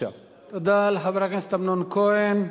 תודה לחבר הכנסת אמנון כהן.